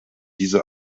diese